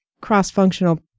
cross-functional